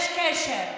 יש קשר.